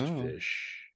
Fish